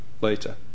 later